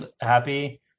happy